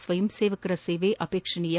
ಸ್ವಯಂಸೇವಕರ ಸೇವೆ ಅಪೇಕ್ಷಣೀಯ